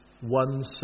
one